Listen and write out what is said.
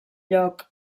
lloc